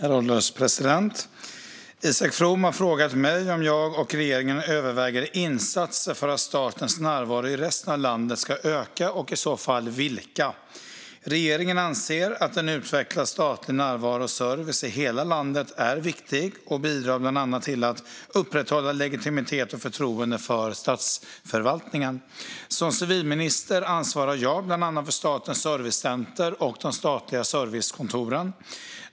Herr ålderspresident! Isak From har frågat mig om jag och regeringen överväger insatser för att statens närvaro i resten av landet ska öka, och i så fall vilka. Regeringen anser att en utvecklad statlig närvaro och service i hela landet är viktig och bidrar bland annat till att upprätthålla legitimitet och förtroende för statsförvaltningen. Som civilminister ansvarar jag för bland annat Statens servicecenter och de statliga servicekontoren.